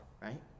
right